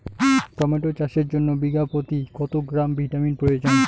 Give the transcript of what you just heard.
Tomato চাষের জন্য বিঘা প্রতি কত গ্রাম ভিটামিন প্রয়োজন?